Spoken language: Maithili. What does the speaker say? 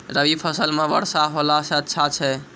रवी फसल म वर्षा होला से अच्छा छै?